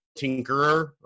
tinkerer